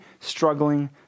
struggling